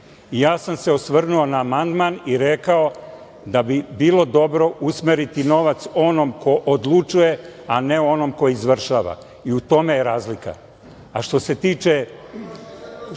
Ja sam se osvrnuo na amandman i rekao da bi bilo dobro usmeriti novac onom ko odlučuje, a ne onom ko izvršava i u tom je razlika. Što